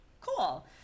cool